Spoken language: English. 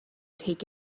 take